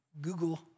Google